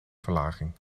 verlaging